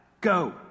Go